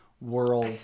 world